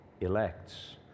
elects